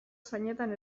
zainetan